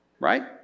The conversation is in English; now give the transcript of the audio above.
Right